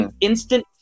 instant